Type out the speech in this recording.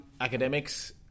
Academics